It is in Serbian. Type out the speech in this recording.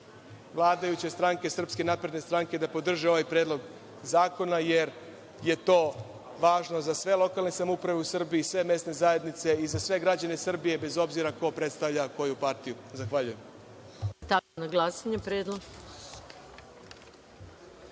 vladajuće stranke SNS da podrže ovaj predlog zakona, jer je to važno za sve lokalne samouprave u Srbiji i sve mesne zajednice i za sve građane Srbije, bez obzira ko predstavlja koju partiju. Zahvaljujem.